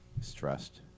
stressed